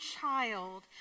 child